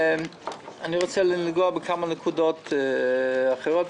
אני רוצה לגעת בכמה נקודות אחרות.